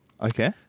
Okay